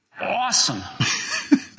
Awesome